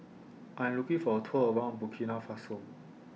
I Am looking For A Tour around Burkina Faso